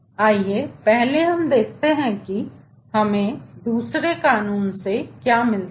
आइए पहले देखें कि हमें दूसरे कानून से क्या मिलता है